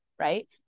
right